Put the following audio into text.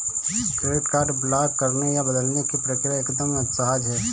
credit card block करने या बदलने की प्रक्रिया एकदम सहज है